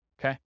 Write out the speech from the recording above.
Okay